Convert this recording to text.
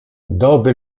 dopo